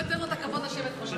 מפאת כבודך אני אהיה בשקט.